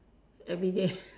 everyday